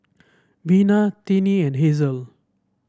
Vina Tinnie and Hasel